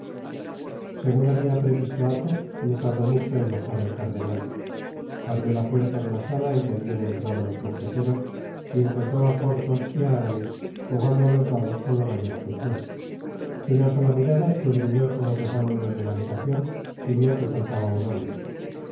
segun habia previsto athos no tardó mncho en bajar el cardenal abrió la puerta de la sala en que habian entrado los mosqueteros y encontró á porthos y á aramis jugando á los dados con la mayor aficion de una sola mirada escudriñó todos los ángulos de la habitacion y vió que le faltaba un hombre qué